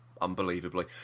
unbelievably